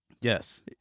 Yes